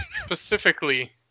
Specifically